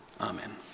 Amen